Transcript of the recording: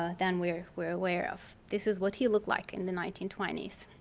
ah than we're we're aware of. this is what he looked like in the nineteen twenty s.